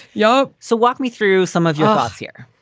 yo. so walk me through some of your thoughts here